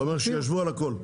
שישוו על הכל.